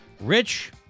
Rich